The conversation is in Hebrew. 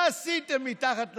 מה עשיתם מתחת לאלונקה?